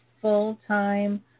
full-time